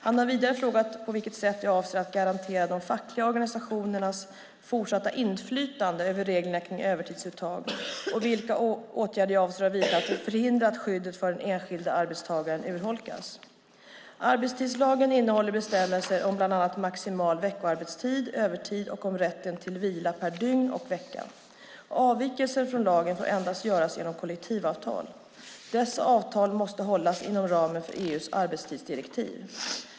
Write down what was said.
Han har vidare frågat på vilket sätt jag avser att garantera de fackliga organisationerna fortsatt inflytande över reglerna kring övertidsuttag och vilka åtgärder jag avser att vidta för att förhindra att skyddet för den enskilde arbetstagaren urholkas. Arbetstidslagen innehåller bestämmelser om bland annat maximal veckoarbetstid, övertid och rätten till vila per dygn och vecka. Avvikelser från lagen får endast göras genom kollektivavtal. Dessa avtal måste hållas inom ramen för EU:s arbetstidsdirektiv.